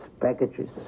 packages